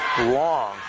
long